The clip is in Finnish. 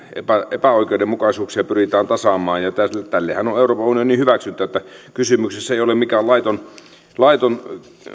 epäoikeudenmukaisuuksia pyritään tasaamaan ja tällehän on on euroopan unionin hyväksyntä kysymyksessä ei ole mikään laiton laiton